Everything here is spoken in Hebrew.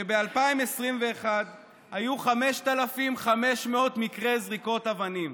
שב-2021 היו 5,500 מקרי זריקות אבנים.